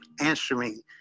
answering